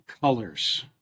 colors